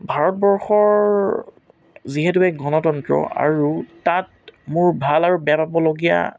ভাৰতবৰ্ষৰ যিহেতু এক গণতন্ত্ৰ আৰু তাত মোৰ ভাল আৰু বেয়া পাবলগীয়া